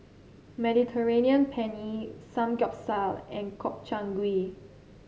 Mediterranean Penne Samgyeopsal and Gobchang Gui